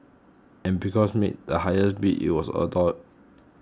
and because made the highest bid it was adore